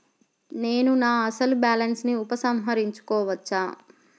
నేను నా అసలు బాలన్స్ ని ఉపసంహరించుకోవచ్చా?